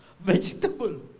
vegetable